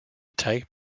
take